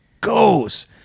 goes